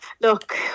Look